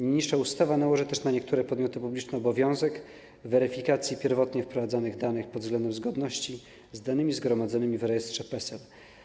Niniejsza ustawa nałoży też na niektóre podmioty publiczne obowiązek weryfikacji pierwotnie wprowadzonych danych pod względem zgodności z danymi zgromadzonymi w rejestrze PESEL.